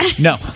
No